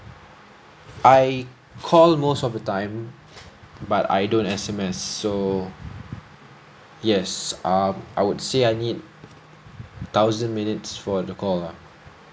I call most of the time but I don't S_M_S so yes um I would say I need thousand minutes for the call lah